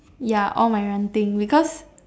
ya all my ranting because